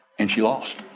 and she lost.